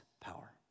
power